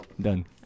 Done